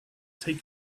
take